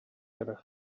gennych